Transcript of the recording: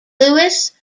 louis